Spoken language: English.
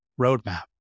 roadmap